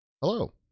Hello